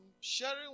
sharing